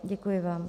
Děkuji vám.